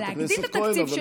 להגדיל את התקציב שלהם,